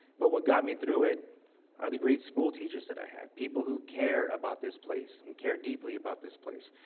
but what got me through it are the great school teachers that i had, people who care about this place and care deeply about this place.